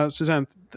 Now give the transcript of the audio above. Suzanne